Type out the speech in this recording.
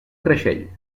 creixell